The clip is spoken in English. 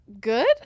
good